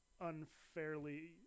unfairly